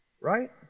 Right